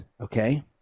okay